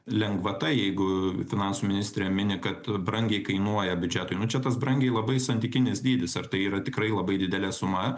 lengvata jeigu finansų ministrė mini kad brangiai kainuoja biudžetui na čia tas brangiai labai santykinis dydis ar tai yra tikrai labai didelė suma